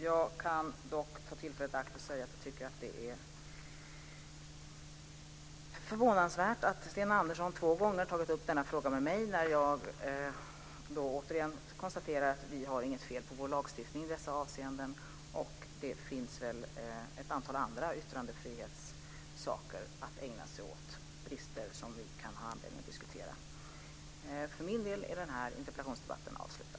Jag kan dock ta tillfället i akt och säga att jag tycker att det är förvånansvärt att Sten Andersson två gånger har tagit upp denna fråga med mig, när jag återigen konstaterar att vi inte har något fel på vår lagstiftning i dessa avseenden. Det finns väl ett antal andra yttrandefrihetssaker att ägna sig åt, brister som vi kan ha anledning att diskutera. För min del är den här interpellationsdebatten avslutad.